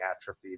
atrophy